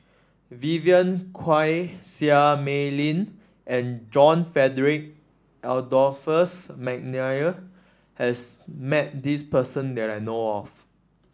Vivien Quahe Seah Mei Lin and John Frederick Adolphus McNair has met this person that I know of